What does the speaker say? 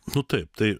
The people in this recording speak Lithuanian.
nu taip tai